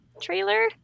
trailer